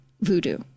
voodoo